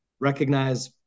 recognize